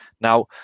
Now